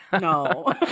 no